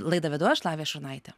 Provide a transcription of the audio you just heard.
laidą vedu aš lavija šurnaitė